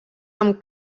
amb